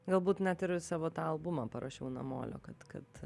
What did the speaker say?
galbūt net ir savo tą albumą parašiau namolio kad kad